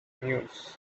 news